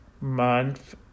month